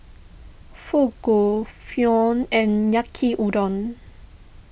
Fugu Pho and Yaki Udon